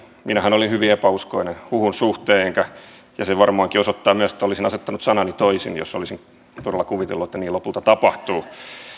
minä olin hyvin epäuskoinen huhun suhteen se varmaankin osoittaa myös että olisin asettanut sanani toisin jos olisin todella kuvitellut että niin lopulta tapahtuu